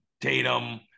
Tatum